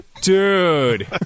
Dude